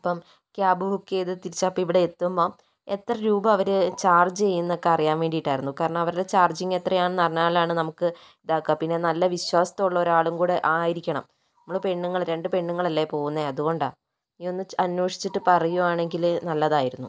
ഇപ്പം cab book ചെയ്ത് തിരിച്ച് അപ്പം ഇവിടെ എത്തുമ്പം എത്ര രൂപ അവര് ചാർജ് ചെയ്യും എന്നൊക്കെ അറിയാൻ വേണ്ടിട്ടായിരുന്നു കാരണം അവരുടെ ചാർജിങ് എത്രയാണെന്ന് അറിഞ്ഞാലാണ് നമുക്ക് ബാക്ക് അപ്പിന് നല്ല വിശ്വാസ്തം ഉള്ള ഒരാളും കൂടെ ആയിരിക്കണം നമ്മള് പെണ്ണുങ്ങള് രണ്ട് പെണ്ണുങ്ങളല്ലേ പോകുന്നേ അത് കൊണ്ടാ നീ ഒന്ന് അന്വേഷിച്ചിട്ട് പറയുവാണെങ്കില് നല്ലതായിരുന്നു